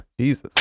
Jesus